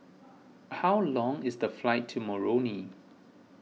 how long is the flight to Moroni